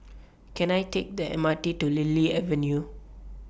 Can I Take The M R T to Lily Avenue